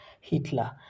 hitler